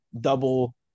double